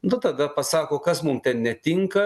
nu tada pasako kas mum ten netinka